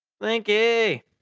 Slinky